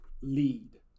lead